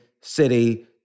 city